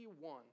one